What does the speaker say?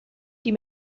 die